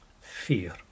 fear